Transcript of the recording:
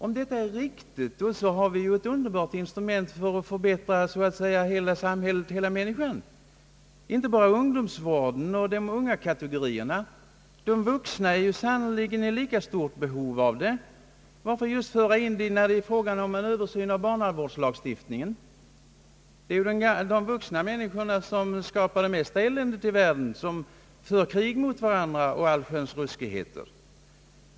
Är det riktigt har vi ju fått ett underbart instrument för att förbättra hela samhället och alla människor, inte bara de unga kategorierna och ungdomsvården. De vuxna är sannerligen i lika stort behov av förbättring — varför då tala om sådana mätningar bara när det gäller en översyn av bar navårdslagstiftningen?. Det är ju de vuxna människorna som skapar det mesta eländet i världen, som för krig mot varandra och begår allsköns ruskigheter.